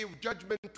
judgment